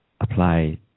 apply